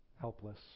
helpless